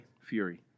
Fury